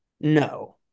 no